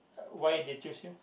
why they choose you